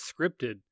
scripted